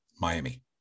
Miami